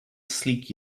sleek